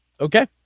Okay